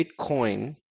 Bitcoin